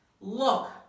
Look